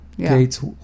Gates